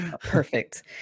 perfect